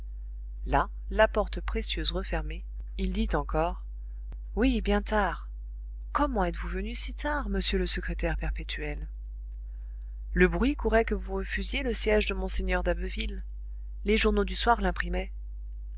là la porte précieuse refermée il dit encore oui bien tard comment êtes-vous venu si tard monsieur le secrétaire perpétuel le bruit courait que vous refusiez le siège de mgr d'abbeville les journaux du soir